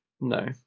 No